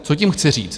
Co tím chci říct?